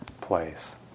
place